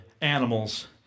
animals